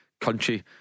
country